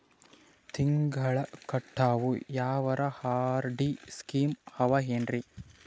ತಿಂಗಳ ಕಟ್ಟವು ಯಾವರ ಆರ್.ಡಿ ಸ್ಕೀಮ ಆವ ಏನ್ರಿ?